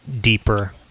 deeper